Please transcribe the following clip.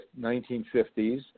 1950s